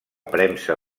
premsa